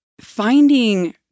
finding